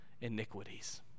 iniquities